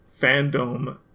fandom